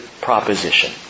proposition